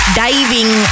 diving